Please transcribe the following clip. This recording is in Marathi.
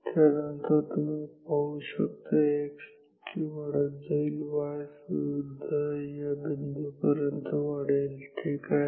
त्यानंतर तुम्ही पाहू शकता x स्थिती वाढत जाईल y सुद्धा या बिंदूपर्यंत वाढेल ठीक आहे